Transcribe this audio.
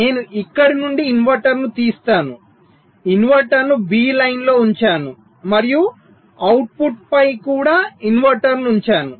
నేను ఇక్కడ నుండి ఇన్వర్టర్ను తీస్తాను ఇన్వర్టర్ను B లైన్లో ఉంచాను మరియు అవుట్పుట్పై కూడా ఇన్వర్టర్ను ఉంచాను